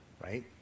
right